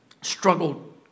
struggled